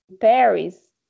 Paris